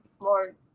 more